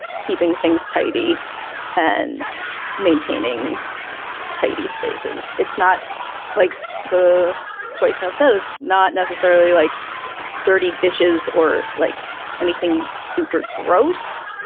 keeping things tidy and maintaining tidy spaces it's not like the voicemail says not necessarily like dirty dishes or like anything super gross.